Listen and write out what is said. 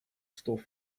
stof